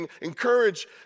encourage